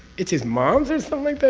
it's his mom's or something